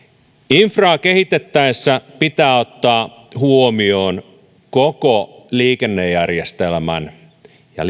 infraa kehitettäessä pitää ottaa huomioon koko liikennejärjestelmän liikennejärjestelmien vaativuus